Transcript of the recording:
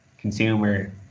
consumer